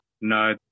No